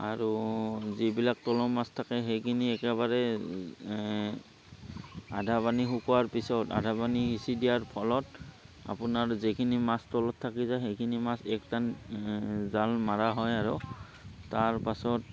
আৰু যিবিলাক তলৰ মাছ থাকে সেইখিনি একেবাৰে আধা পানী শুকোৱাৰ পিছত আধা পানী সিঁচি দিয়াৰ ফলত আপোনাৰ যিখিনি মাছ তলত থাকি যায় সেইখিনি মাছ একটান জাল মাৰা হয় আৰু তাৰপাছত